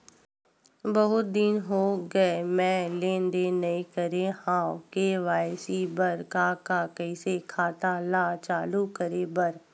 बहुत दिन हो गए मैं लेनदेन नई करे हाव के.वाई.सी बर का का कइसे खाता ला चालू करेबर?